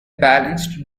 balanced